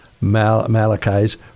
Malachi's